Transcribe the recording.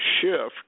shift